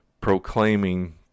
proclaiming